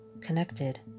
connected